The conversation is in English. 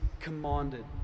commanded